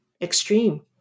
extreme